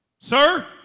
Sir